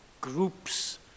groups